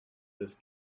this